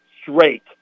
straight